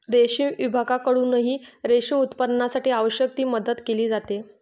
रेशीम विभागाकडूनही रेशीम उत्पादनासाठी आवश्यक ती मदत केली जाते